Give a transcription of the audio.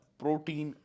protein